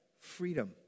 Freedom